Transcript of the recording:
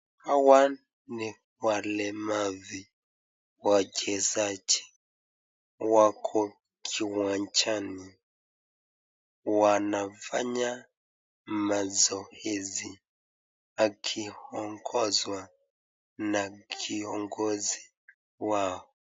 Hawa ni walemavu wachezaji wako kiwanjani wanafanya mazoezi wakiongozwa na kiongozi wao.